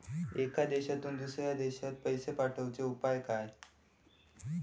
एका देशातून दुसऱ्या देशात पैसे पाठवचे उपाय काय?